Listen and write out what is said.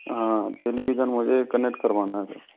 हाँ टेलीविजन मुझे कनेक्ट करवाना है सर